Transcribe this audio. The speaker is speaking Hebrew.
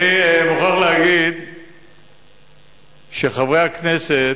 אני מוכרח להגיד שחברי הכנסת,